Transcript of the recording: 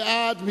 מי בעד?